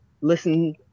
listen